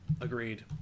Agreed